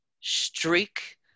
streak